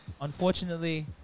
Unfortunately